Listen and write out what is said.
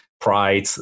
pride